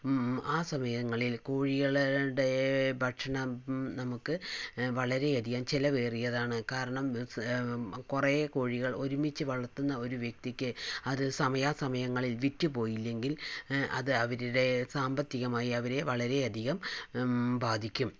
ആ സമയങ്ങളിൽ കോഴികളുടെ ഭക്ഷണം നമുക്ക് വളരെയധികം ചിലവേറിയതാണ് കാരണം കുറേ കോഴികൾ ഒരുമിച്ച് വളർത്തുന്ന ഒരു വ്യക്തിക്ക് അത് സമയാസമയങ്ങളിൽ വിറ്റ് പോയില്ലെങ്കിൽ അത് അവരുടെ സാമ്പത്തികമായി അവരെ വളരേയധികം ബാധിക്കും